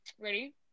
Ready